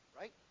Right